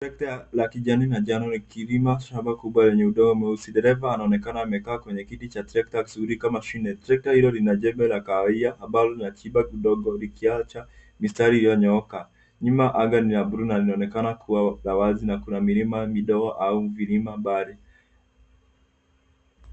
Trekta la kijani na njano likilima shamba kubwa lenye udongo mweusi. Dereva anaonekana amekaa kwenye kiti cha trekta vizuri kama shule. Trekta hilo lina jembe la kawahia ambalo linachimba udongo likiacha mistari iliyonyooka. Nyuma anga ni la buluu na linaonekana kuwa la wazi na kuna milima midogo au vilima mbali.